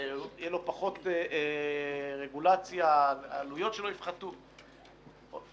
תהיה לו פחות רגולציה, העלויות שלו יפחתו ניחא.